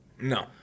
No